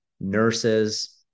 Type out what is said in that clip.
nurses